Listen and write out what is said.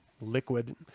liquid